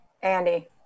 Andy